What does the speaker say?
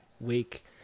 Week